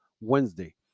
Wednesday